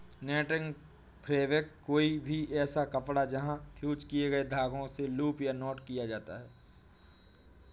netting fabric कोई भी ऐसा कपड़ा है जहाँ फ़्यूज़ किए गए धागों को लूप या नॉट किया जाता है